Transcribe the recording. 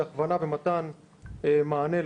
הכוונה ומתן מענה,